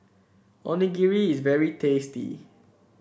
onigiri is very tasty